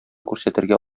күрсәтергә